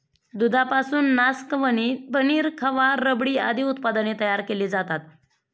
दुधापासून नासकवणी, पनीर, खवा, रबडी आदी उत्पादने तयार केली जातात